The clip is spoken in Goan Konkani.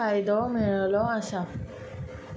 फायदो मेळललो आसा